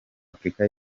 afurika